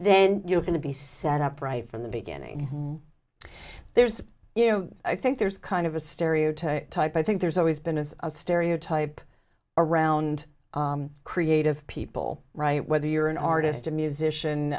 then you're going to be set up right from the beginning there's you know i think there's kind of a stereotype type i think there's always been is a stereotype around creative people right whether you're an artist a musician